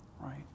Right